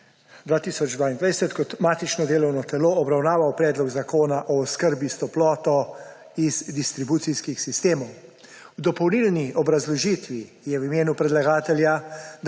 2022 kot matično delovno telo obravnaval Predlog zakona o oskrbi s toploto iz distribucijskih sistemov. V dopolnilni obrazložitvi je v imenu predlagatelja